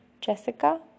Jessica